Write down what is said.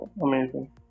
Amazing